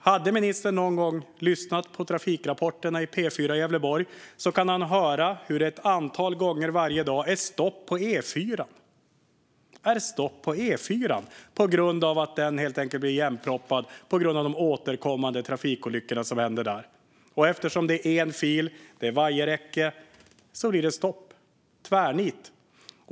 Hade ministern någon gång lyssnat på trafikrapporterna i P4 Gävleborg hade han kunnat höra hur det ett antal gånger varje dag är stopp på E4:an. Den blir helt enkelt igenproppad på grund av de återkommande trafikolyckorna som händer där. Eftersom det är en fil och vajerräcke blir det stopp, tvärnit.